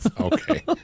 Okay